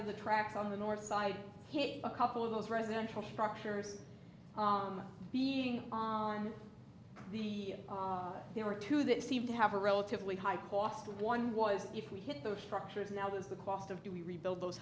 of the tracks on the north side hit a couple of those residential structures being the there were two that seemed to have a relatively high cost one was if we hit those structures now is the cost of do we rebuild those